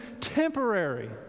temporary